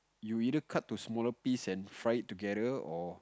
you either cut to smaller piece and fry it together or